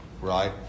right